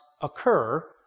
occur